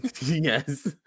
Yes